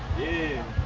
in